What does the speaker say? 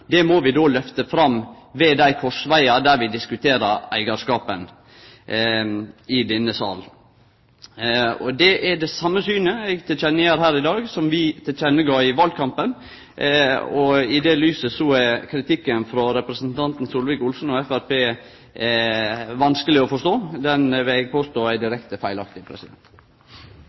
denne sal. Det er det same synet eg gjev uttrykk for her i dag, som vi gav uttrykk for i valkampen. I det lyset er kritikken frå representanten Solvik-Olsen og Framstegspartiet vanskeleg å forstå. Eg vil påstå at han er direkte feilaktig.